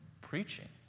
preaching